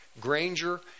Granger